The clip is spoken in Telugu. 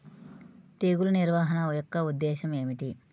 తెగులు నిర్వహణ యొక్క ఉద్దేశం ఏమిటి?